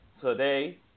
today